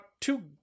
two